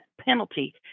penalty